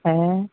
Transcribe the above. হ্যাঁ